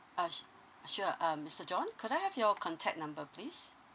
uh sh~ sure um mister john could I have your contact number please